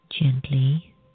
Gently